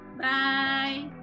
Bye